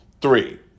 three